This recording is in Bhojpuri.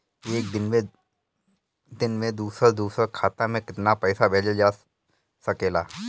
एक दिन में दूसर दूसर खाता में केतना पईसा भेजल जा सेकला?